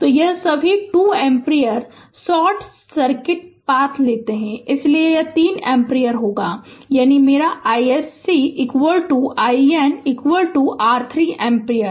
तो ये सभी 2 एम्पीयर शॉर्ट सर्किट पाथ लेते हैं इसलिए यह 3 एम्पीयर होगा यानी मेरा iSC IN r 3 एम्पीयर